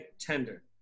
tender